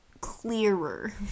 clearer